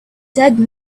dead